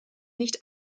nicht